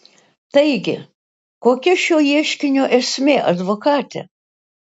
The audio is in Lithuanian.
taigi kokia šio ieškinio esmė advokate